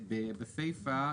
ובסיפא,